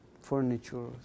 furniture